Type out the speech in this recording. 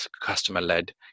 customer-led